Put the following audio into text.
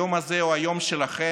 היום הזה הוא היום שלכן,